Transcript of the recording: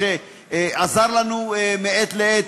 שעזר לנו מעת לעת.